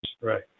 Right